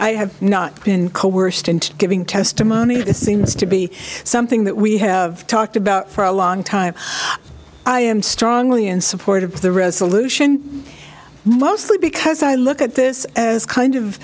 i have not been coerced into giving testimony it seems to be something that we have talked about for a long time i am strongly in support of the resolution mostly because i look at this as kind of